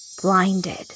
blinded